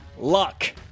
luck